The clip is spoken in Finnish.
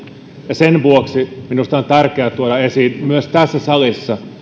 ja sen vuoksi minusta on tärkeää tuoda esiin myös tässä salissa